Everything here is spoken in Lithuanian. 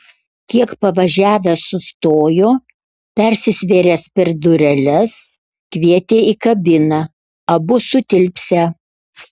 kiek pavažiavęs sustojo persisvėręs per dureles kvietė į kabiną abu sutilpsią